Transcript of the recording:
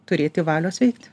turėti valios veikti